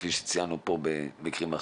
כפי שציינו במקרים אחרים.